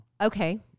Okay